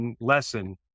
lesson